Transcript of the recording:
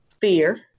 fear